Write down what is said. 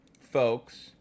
folks